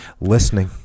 Listening